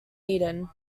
eaten